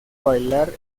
bailar